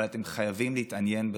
אבל אתם חייבים להתעניין בזה.